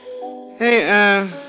Hey